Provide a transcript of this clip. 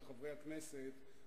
חברי הכנסת,